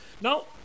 Now